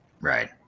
Right